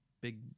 big